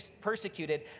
persecuted